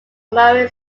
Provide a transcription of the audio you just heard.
murray